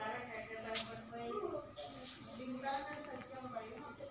కాకర పంటలో వచ్చే తెగుళ్లను వివరించండి?